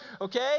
okay